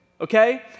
okay